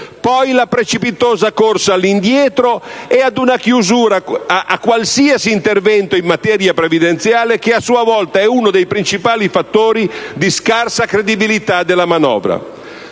Poi la precipitosa corsa all'indietro e ad una chiusura verso qualsiasi intervento in materia previdenziale che, a sua volta, è uno dei principali fattori di scarsa credibilità della manovra.